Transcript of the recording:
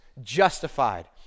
justified